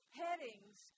headings